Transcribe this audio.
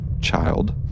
Child